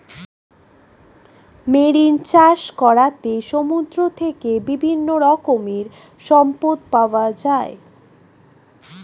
marine চাষ করাতে সমুদ্র থেকে বিভিন্ন রকমের সম্পদ পাওয়া যায়